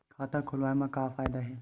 खाता खोलवाए मा का फायदा हे